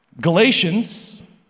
Galatians